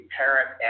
parent